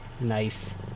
nice